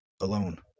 alone